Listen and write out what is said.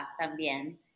también